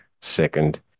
second